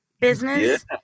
business